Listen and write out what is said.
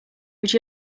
would